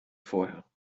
vorher